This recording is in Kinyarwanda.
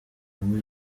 hamwe